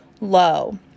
low